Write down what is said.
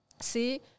c'est